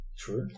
True